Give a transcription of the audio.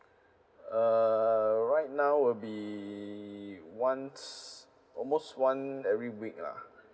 uh right now will be once almost one every week lah